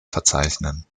verzeichnen